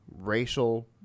racial